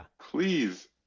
please